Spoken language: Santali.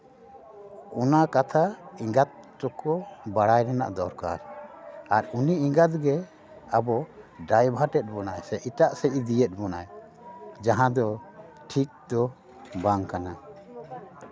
ᱚᱱᱟ ᱠᱟᱛᱷᱟ ᱮᱸᱜᱟᱛ ᱛᱮᱠᱚ ᱵᱟᱲᱟᱭ ᱨᱮᱱᱟᱜ ᱫᱚᱨᱠᱟᱨ ᱟᱨ ᱩᱱᱤ ᱮᱸᱜᱟᱛ ᱜᱮ ᱟᱵᱚ ᱰᱟᱭᱵᱷᱟᱨᱴ ᱮᱫ ᱵᱚᱱᱟᱭ ᱥᱮ ᱮᱴᱟᱜ ᱥᱮᱫ ᱤᱫᱤᱭᱮᱫ ᱵᱚᱱᱟᱭ ᱡᱟᱦᱟᱸ ᱫᱚ ᱴᱷᱤᱠᱫᱚ ᱵᱟᱝ ᱠᱟᱱᱟ